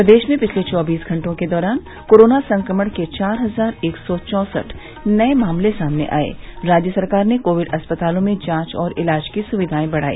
प्रदेश में पिछले चौबीस घंटे के दौरान कोरोना संक्रमण के चार हज़ार एक सौ चौसठ नये मामले सामने आए राज्य सरकार ने कोविड अस्पतालों में जांच और इलाज की सुविधाएं बढ़ाई